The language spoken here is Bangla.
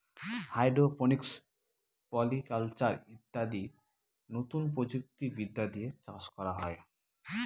হাইড্রোপনিক্স, পলি কালচার ইত্যাদি নতুন প্রযুক্তি বিদ্যা দিয়ে চাষ করা হয়